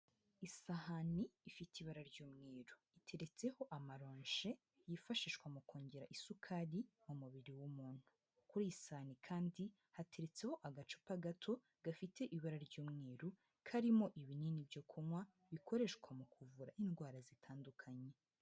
Isahani ifite ibara ry'umweru, iteretseho amaronje yifashishwa mu kongera isukari mu mubiri w'umuntu. Kuri iyi sahani kandi, hateretseho agacupa gato, gafite ibara ry'umweru, karimo ibinini byo kunywa, bikoreshwa mu kuvura indwara zitandukanye.